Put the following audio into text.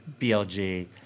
BLG